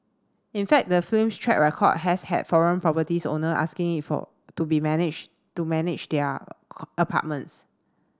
in fact the film's track record has had foreign properties owner asking it for to be manage to manage their apartments